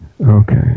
Okay